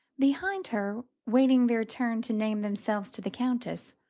behind her, waiting their turn to name themselves to the countess,